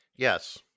Yes